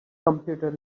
computer